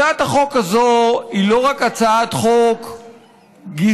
הצעת החוק הזאת היא לא רק הצעת חוק גזענית,